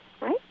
right